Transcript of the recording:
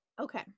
Okay